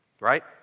Right